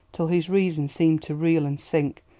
till his reason seemed to reel and sink,